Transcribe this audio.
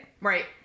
Right